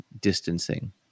distancing